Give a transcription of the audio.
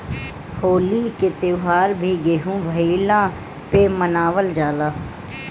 होली के त्यौहार भी गेंहू भईला पे मनावल जाला